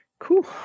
Cool